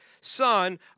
son